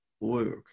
Luke